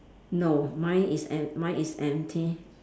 no mine is em~ my is empty